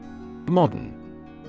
Modern